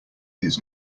his